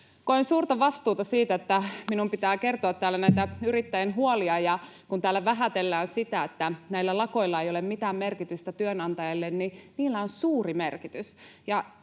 Koen suurta vastuuta siitä, että minun pitää kertoa täällä näitä yrittäjien huolia, ja kun täällä vähätellään sitä, että näillä lakoilla ei ole mitään merkitystä työnantajille, niin niillä on suuri merkitys.